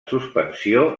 suspensió